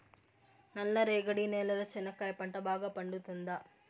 నల్ల రేగడి నేలలో చెనక్కాయ పంట బాగా పండుతుందా?